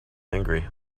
angry